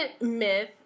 myth